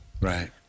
Right